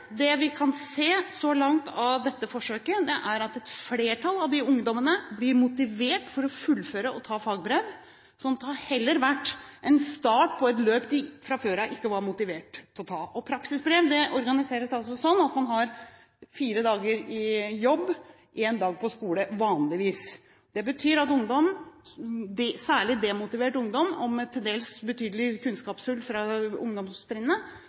det vi kan se så langt av dette forsøket, er at et flertall av disse ungdommene blir motivert til å fullføre og ta fagbrev, så det har heller vært en start på et løp de fra før av ikke var motivert til å ta. Og praksisbrev organiseres altså sånn at man har fire dager i jobb, én dag på skole – vanligvis. Det betyr at ungdom, særlig demotivert ungdom og med til dels betydelige kunnskapshull fra